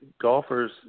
golfers